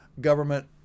government